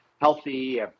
healthy